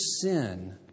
sin